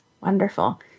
Wonderful